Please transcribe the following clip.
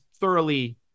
thoroughly